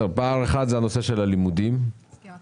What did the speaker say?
הראשון, הוא בנושא סגירת